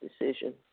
decision